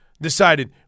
decided